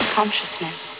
Consciousness